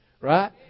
Right